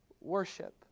worship